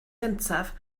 gyntaf